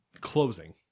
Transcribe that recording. closing